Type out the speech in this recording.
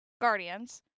Guardians